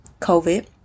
COVID